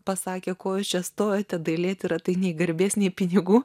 pasakė ko jūs čia stojote dailėtyra tai nei garbės nei pinigų